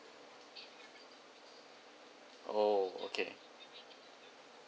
oh okay